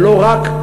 אבל לא רק.